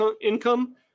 income